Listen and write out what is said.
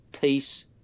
peace